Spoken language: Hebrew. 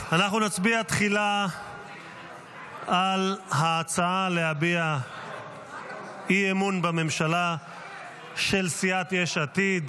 אנחנו נצביע תחילה על ההצעה להביע אי-אמון בממשלה של סיעת יש עתיד.